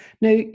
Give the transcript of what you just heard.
Now